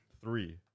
three